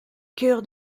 cœur